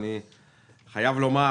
אני חייב לומר